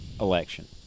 election